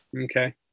Okay